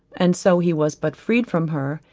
and so he was but freed from her,